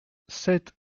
sept